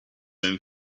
own